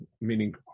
meaning